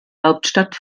hauptstadt